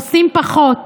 עושים פחות.